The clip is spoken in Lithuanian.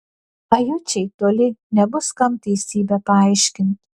ajučiai toli nebus kam teisybę paaiškint